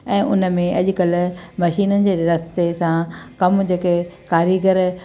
ऐं उन में अॼुकल्ह मशीननि जे रस्ते सां कमु जेके कारीगर